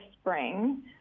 spring